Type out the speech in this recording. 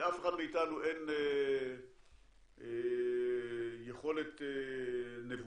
לאף אחד מאיתנו אין יכולת נבואה,